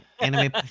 anime